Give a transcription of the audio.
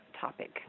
topic